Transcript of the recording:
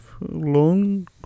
long